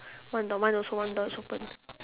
one door mine also one door is open